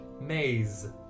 maze